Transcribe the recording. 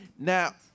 Now